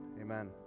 amen